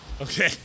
Okay